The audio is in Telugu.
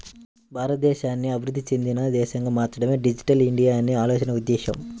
భారతదేశాన్ని అభివృద్ధి చెందిన దేశంగా మార్చడమే డిజిటల్ ఇండియా అనే ఆలోచన ఉద్దేశ్యం